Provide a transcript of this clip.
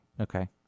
Okay